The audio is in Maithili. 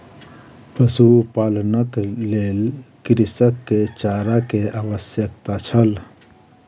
पशुपालनक लेल कृषक के चारा के आवश्यकता छल